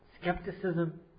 skepticism